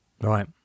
Right